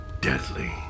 deadly